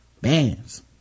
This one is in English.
Bands